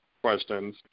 questions